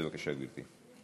בבקשה, גברתי.